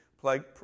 plague